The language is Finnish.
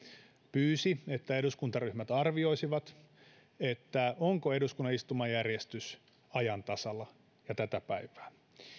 pyysi että eduskuntaryhmät arvioisivat onko eduskunnan istumajärjestys ajan tasalla ja tätä päivää